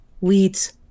weeds